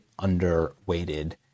underweighted